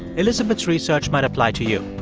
elizabeth's research might apply to you.